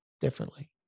differently